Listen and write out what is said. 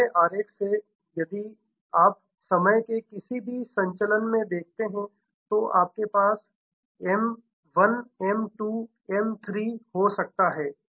इस अगले आरेख से कि यदि आप समय के किसी भी संचलन में देखते हैं तो आपके पास एम 1 एम 2 एम 3 हो सकता है